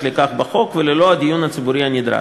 לכך בחוק וללא הדיון הציבורי הנדרש.